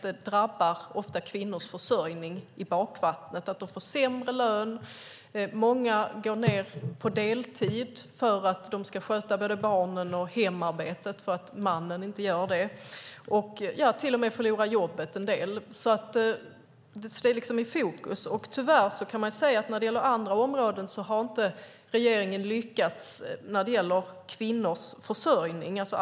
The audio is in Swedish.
Det drabbar ofta kvinnors försörjning. De får sämre lön. Många går ned till deltid för att de ska sköta både barnen och hemarbetet eftersom mannen inte gör det. En del förlorar till och med jobbet. På andra områden har regeringen inte lyckats när det gäller kvinnors försörjning.